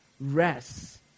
rest